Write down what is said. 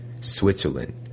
Switzerland